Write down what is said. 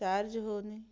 charge ହେଉନି